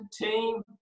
team